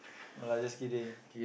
no lah just kidding